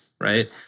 right